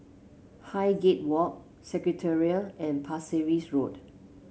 Highgate Walk Secretariat and Pasir Ris Road